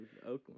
Oakland